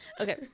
Okay